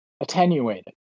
attenuated